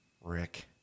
Rick